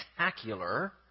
spectacular